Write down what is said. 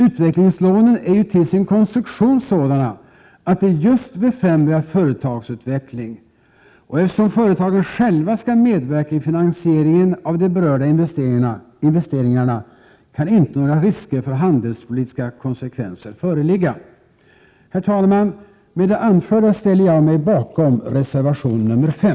Utvecklingslånen är ju till sin konstruktion sådana att de just befrämjar företagsutveckling. Och eftersom företagen själva skall medverka i finansieringen av de berörda investeringarna, kan inte några risker för handelspolitiska konsekvenser föreligga. Herr talman! Med det anförda ställer jag mig bakom reservation nr 5.